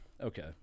okay